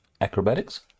acrobatics